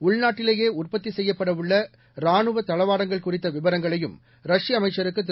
உள்நாட்டிலேயே உற்பத்தி செய்யப்படவுள்ள ராணுவ தளவாடங்கள் குறித்த விவரங்களையும் ரஷ்ய அமைச்சருக்கு திரு